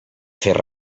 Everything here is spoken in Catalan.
fer